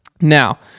Now